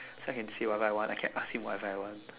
so I can say whatever I want I can ask whatever I want